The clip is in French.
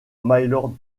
mylord